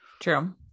True